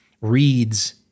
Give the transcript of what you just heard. reads